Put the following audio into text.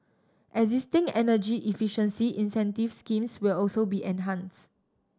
existing energy efficiency incentive schemes will also be enhanced